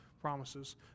promises